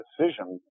decision